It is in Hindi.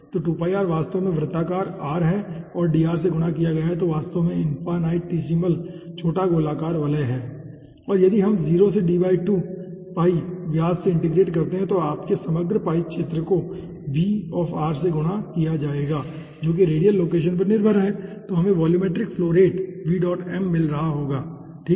तो वास्तव में वृत्ताकार r है और dr से गुणा किया गया है जो वास्तव में इनफाईनाईटेसिमल छोटा गोलाकार वलय है और यदि हम इसे 0 से D 2 व्यास में इंटीग्रेट करते हैं तो आपके समग्र पाइप क्षेत्र को से गुणा किया जाएगा जो कि रेडियल लोकेशन पर निर्भर है तो हमें वॉल्यूमेट्रिक फ्लो रेट मिल रहा होगा ठीक है